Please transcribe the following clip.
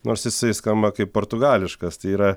nors jisai skamba kaip portugališkas tai yra